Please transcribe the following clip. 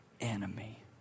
enemy